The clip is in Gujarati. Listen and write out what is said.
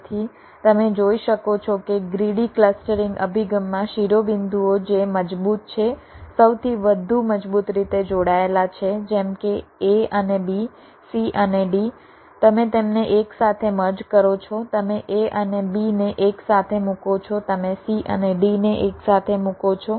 તેથી તમે જોઈ શકો છો કે ગ્રીડી ક્લસ્ટરિંગ અભિગમમાં શિરોબિંદુઓ જે મજબૂત છે સૌથી વધુ મજબૂત રીતે જોડાયેલા છે જેમ કે a અને b c અને d તમે તેમને એકસાથે મર્જ કરો છો તમે a અને b ને એકસાથે મૂકો છો તમે c અને d ને એકસાથે મૂકો છો